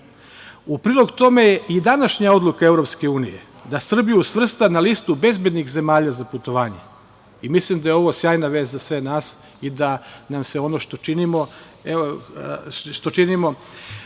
U prilog tome je i današnja odluka EU da Srbiju svrsta na listu bezbednih zemalja za putovanje i mislim da je ovo sjajna vest za sve nas i da nam se ono što činimo.